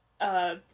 uh-